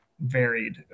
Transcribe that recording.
varied